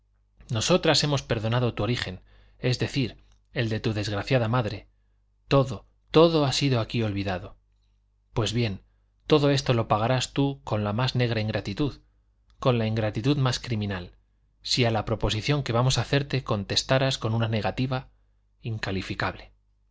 nosotras hemos perdonado tu origen es decir el de tu desgraciada madre todo todo ha sido aquí olvidado pues bien todo esto lo pagarías tú con la más negra ingratitud con la ingratitud más criminal si a la proposición que vamos a hacerte contestaras con una negativa incalificable